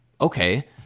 Okay